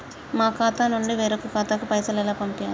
మా ఖాతా నుండి వేరొక ఖాతాకు పైసలు ఎలా పంపియ్యాలి?